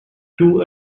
two